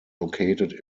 located